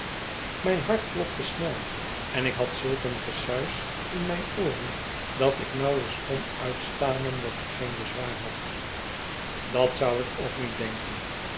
mijn hart klopte snel en ik had zulk een gesuis in mijne ooren dat ik nauwelijks kon uitstamelen dat ik geen bezwaar had dat zou ik ook niet denken